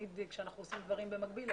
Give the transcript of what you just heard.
תמיד כשאנחנו עושים דברים במקביל,